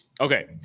Okay